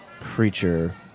creature